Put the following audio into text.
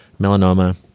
melanoma